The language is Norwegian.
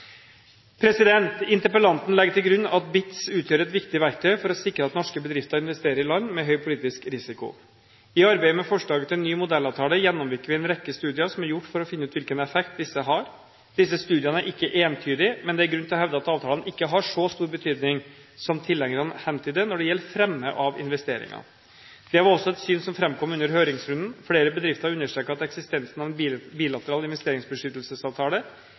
Interpellanten legger til grunn at BITs utgjør et viktig verktøy for å sikre at norske bedrifter investerer i land med høy politisk risiko. I arbeidet med forslaget til en ny modellavtale gjennomgikk vi en rekke studier som er gjort for å finne ut hvilken effekt disse har. Disse studiene er ikke entydige, men det er grunn til å hevde at avtalene ikke har så stor betydning som tilhengerne hentyder når det gjelder fremme av investeringer. Det var også et syn som framkom under høringsrunden. Flere bedrifter understreket at eksistensen av en bilateral investeringsbeskyttelsesavtale